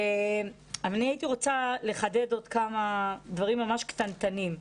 אני הייתי רוצה לחדד עוד כמה דברים קטנטנים.